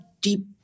deep